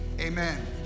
amen